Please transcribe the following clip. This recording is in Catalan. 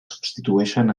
substitueixen